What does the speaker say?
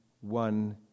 one